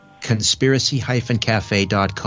Conspiracy-cafe.com